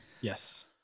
Yes